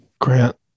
Grant